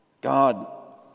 God